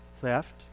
theft